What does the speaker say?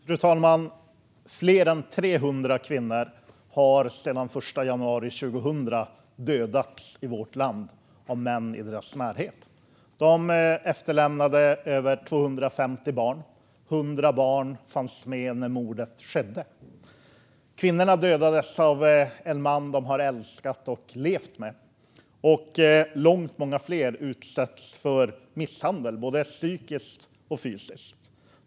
Fru talman! Fler än 300 kvinnor har sedan den 1 januari 2000 dödats i vårt land av män i deras närhet. De efterlämnade över 250 barn, och 100 barn fanns med när morden skedde. Kvinnorna dödades av en man de har älskat och levt med. Långt många fler utsätts för misshandel, både psykiskt och fysiskt.